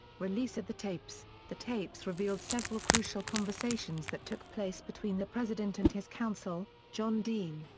release of the tapes the tapes revealed several crucial conversations that took place between the president and his counsel, john dean,